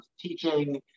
teaching